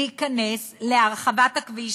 להיכנס להרחבת הכביש,